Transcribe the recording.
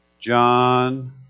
John